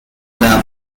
club